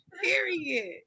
period